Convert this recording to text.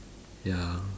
ya